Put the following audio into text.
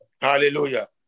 Hallelujah